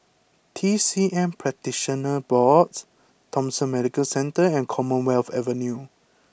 T C M Practitioners Board Thomson Medical Centre and Commonwealth Avenue